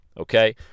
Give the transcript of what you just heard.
okay